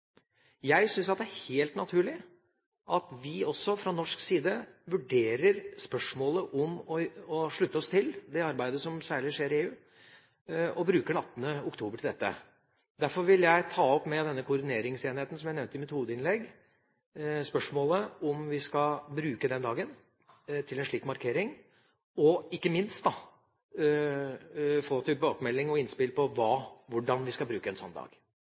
Jeg syns det er helt naturlig at vi også fra norsk side vurderer spørsmålet om å slutte oss til det arbeidet som særlig skjer i EU, og bruker den 18. oktober til dette. Derfor vil jeg ta opp spørsmålet om vi skal bruke den dagen til en slik markering, med koordineringsenheten som jeg nevnte i mitt hovedinnlegg – ikke minst for å få tilbakemelding og innspill om hvordan vi skal bruke en slik dag.